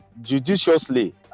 judiciously